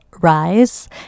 Rise